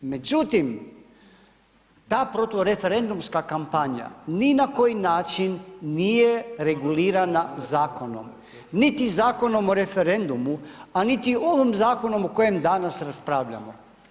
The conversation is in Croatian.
Međutim, ta protureferendumska kampanja ni na koji način nije regulirana Zakonom, niti Zakonom o referendumu, a niti ovom Zakonu o kojem danas raspravljamo.